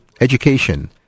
education